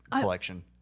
collection